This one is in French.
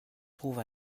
trouve